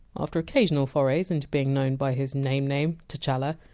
after occasional forays into being known by his name-name, t! challa,